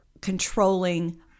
controlling